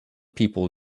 people